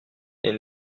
est